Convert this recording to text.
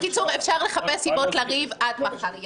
בקיצור, לחפש סיבות לריב עד מחר.